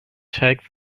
take